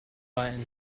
button